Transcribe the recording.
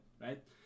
right